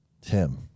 Tim